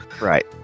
Right